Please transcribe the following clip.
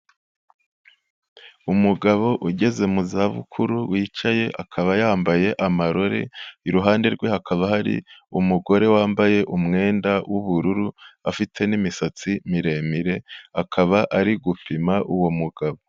Umugabo ugeze mu zabukuru wicaye akaba yambaye amarore, iruhande rwe hakaba hari umugore wambaye umwenda w'ubururu afite n'imisatsi miremire, akaba ari gupima uwo mugabo.